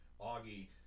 Augie